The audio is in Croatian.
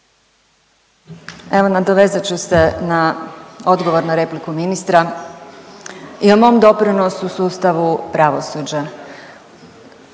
Evo nadovezat ću se na odgovor na repliku ministara i o mom doprinosu sustavu pravosuđa.